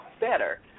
better